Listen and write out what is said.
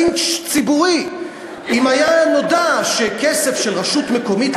הייתה מציעה לינץ' ציבורי אם היה נודע שכסף של רשות מקומית,